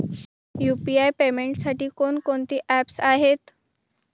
UPI पेमेंटसाठी कोणकोणती apps आहेत?